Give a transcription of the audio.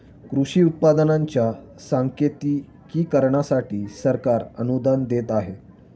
कृषी उत्पादनांच्या सांकेतिकीकरणासाठी सरकार अनुदान देत आहे